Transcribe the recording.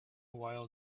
while